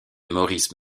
maurice